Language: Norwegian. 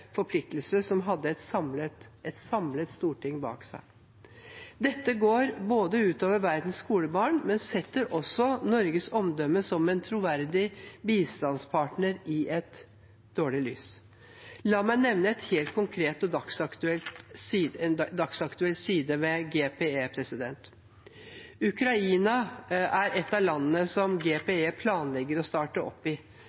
forpliktelse, som hadde et samlet storting bak seg. Dette går ut over verdens skolebarn, men setter også Norges omdømme som en troverdig bistandspartner i et dårlig lys. La meg nevne en helt konkret og dagsaktuell side ved GPE. Ukraina er et av landene som GPE planlegger å starte opp i